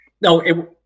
no